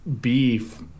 beef